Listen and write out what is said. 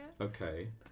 Okay